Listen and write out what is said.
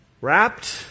wrapped